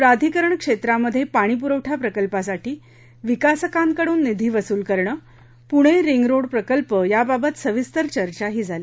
प्राधिकरण क्षेत्रामध्ये पाणी पुरवठा प्रकल्पासाठी विकासकांकडून निधी वसुल करणे पुणे रिंगरोड प्रकल्प याबाबत सविस्तर चर्चा करण्यात आली